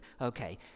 Okay